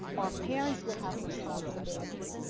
our parents will have responsibilities.